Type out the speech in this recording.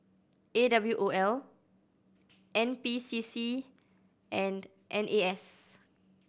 A W O L N P C C and N A S